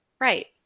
Right